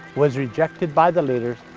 was rejected by the leaders,